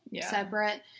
separate